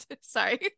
Sorry